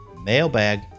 Mailbag